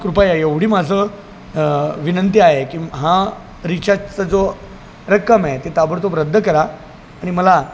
कृपया एवढी माझं विनंती आहे की हा रिचार्जचा जो रक्कम आहे ते ताबडतोब रद्द करा आणि मला